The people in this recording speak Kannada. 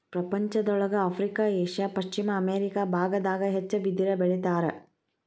ಪ್ರಪಂಚದೊಳಗ ಆಫ್ರಿಕಾ ಏಷ್ಯಾ ಪಶ್ಚಿಮ ಅಮೇರಿಕಾ ಬಾಗದಾಗ ಹೆಚ್ಚ ಬಿದಿರ ಬೆಳಿತಾರ